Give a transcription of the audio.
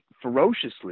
ferociously